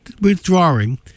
withdrawing